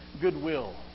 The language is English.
goodwill